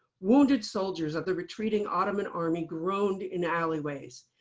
wounded soldiers of the retreating ottoman army groaned in alleyways.